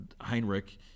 Heinrich